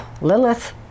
Lilith